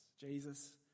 Jesus